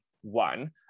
one